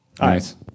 Nice